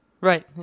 right